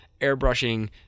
airbrushing